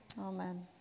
Amen